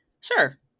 Sure